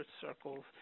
circles